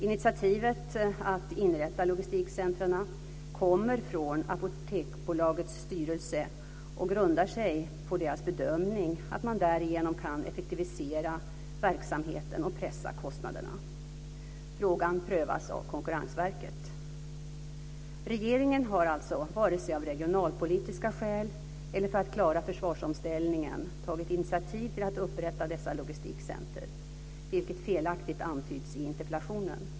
Initiativet att inrätta logistikcentrena kommer från Apoteket AB:s styrelse och grundar sig på dess bedömning att man därigenom kan effektivisera verksamheten och pressa kostnaderna. Frågan prövas av Konkurrensverket. Regeringen har alltså vare sig av regionapolitiska skäl eller för att klara försvarsomställningen tagit initiativ till att upprätta dessa logistikcenter, vilket felaktigt antyds i interpellationen.